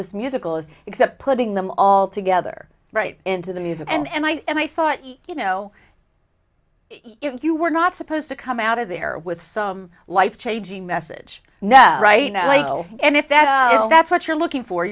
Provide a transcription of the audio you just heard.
this musical is except putting them all together right into the music and i thought you know if you were not supposed to come out of there with some life changing message no right no and if that that's what you're looking for